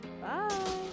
bye